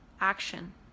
action